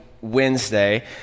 Wednesday